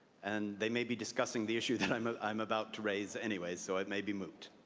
and they may be discussing the issue that i'm ah i'm about to raise anyway, so it may be moot.